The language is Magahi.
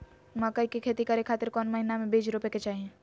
मकई के खेती करें खातिर कौन महीना में बीज रोपे के चाही?